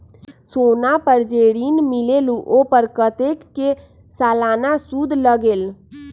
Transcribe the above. सोना पर जे ऋन मिलेलु ओपर कतेक के सालाना सुद लगेल?